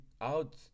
out